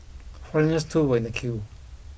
foreigners too were in the queue